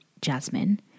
jasmine